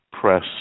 press